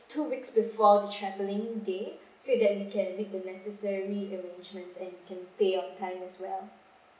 two weeks before the travelling day so that we can make the necessary arrangement and you can pay on time as well